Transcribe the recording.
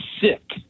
sick